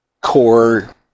core